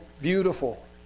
beautiful